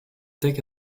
take